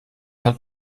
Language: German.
hat